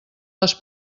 les